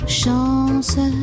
chance